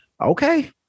Okay